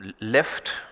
left